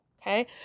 Okay